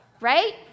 Right